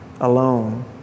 alone